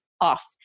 off